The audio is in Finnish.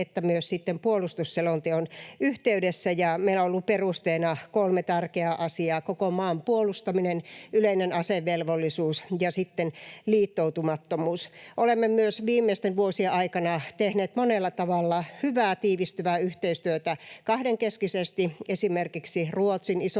että myös sitten puolustusselonteon yhteydessä, ja meillä on ollut perusteena kolme tärkeää asiaa: koko maan puolustaminen, yleinen asevelvollisuus ja liittoutumattomuus. Olemme myös viimeisten vuosien aikana tehneet monella tavalla hyvää, tiivistyvää yhteistyötä kahdenkeskisesti esimerkiksi Ruotsin, Ison-Britannian,